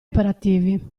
operativi